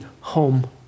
home